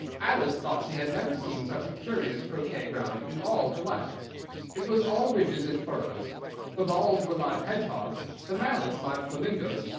alice thought she had never seen such a curious croquet-ground in all her life it was all ridges and furrows the balls were live hedgehogs, the mallets live flamingoes,